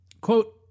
Quote